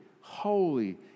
holy